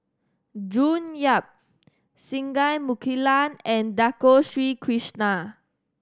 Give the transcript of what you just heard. June Yap Singai Mukilan and Dato Sri Krishna